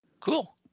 Cool